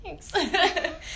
Thanks